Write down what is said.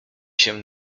się